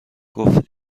گفت